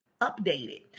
updated